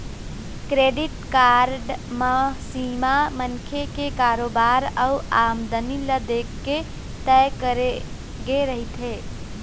credit card म सीमा मनखे के कारोबार अउ आमदनी ल देखके तय करे गे रहिथे